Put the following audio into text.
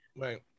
Right